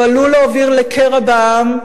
הוא עלול להוביל לקרע בעם,